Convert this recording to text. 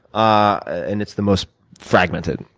ah and it's the most fragmented.